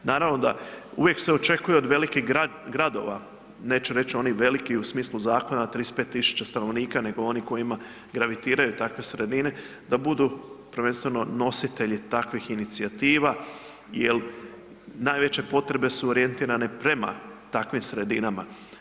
Naravno da, uvijek se očekuje od velikih gradova, neću reć onih velikih u smislu zakona 35 000 stanovnika, nego oni kojima gravitiraju takve sredine, da budu prvenstveno nositelji takvih inicijativa jel najveće potrebe su orijentirane prema takvim sredinama.